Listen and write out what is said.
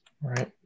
Right